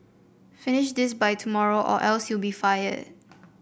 finish this by tomorrow or else you'll be fired